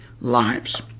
lives